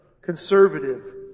conservative